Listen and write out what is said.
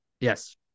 Yes